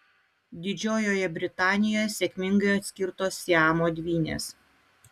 didžiojoje britanijoje sėkmingai atskirtos siamo dvynės